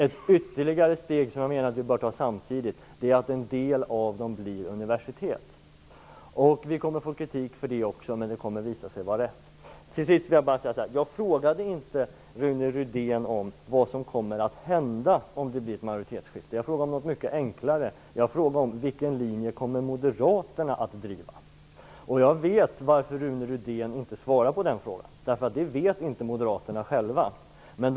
Ett ytterligare steg som jag menar att vi bör ta samtidigt är att låta en del av dem bli universitet. Vi kommer att få kritik för det också, men det kommer att visa sig att vi har rätt. Jag frågade inte Rune Rydén vad som kommer att hända om det blir ett majoritetsskifte. Jag frågade om något mycket enklare. Jag frågade om vilken linje Moderaterna kommer att driva. Jag vet varför Rune Rydén inte svarar på den frågan. Det är nämligen så att Moderaterna inte själva vet vilken linje de kommer att driva.